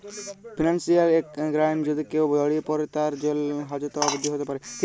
financial ক্রাইমে যদি কেউ জড়িয়ে পরে, তার জেল হাজত অবদি হ্যতে প্যরে